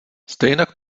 stejnak